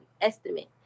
estimate